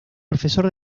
profesor